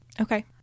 Okay